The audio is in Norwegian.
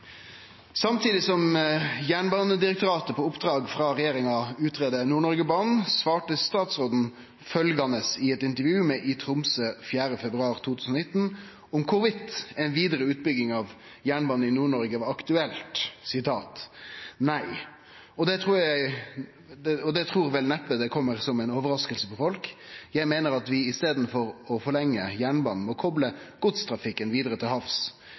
som Jernbanedirektoratet på oppdrag fra regjeringen utreder Nord-Norge banen, svarte statsråden følgende i et intervju med iTromsø 4. februar 2019 om hvorvidt en videre utbygging av jernbane i Nord-Norge var aktuelt: «Nei. Og jeg tror vel neppe det kommer som en overraskelse på folk. Jeg mener at vi istedenfor å forlenge jernbanen må koble godstrafikken videre til havs,